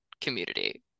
community